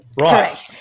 Right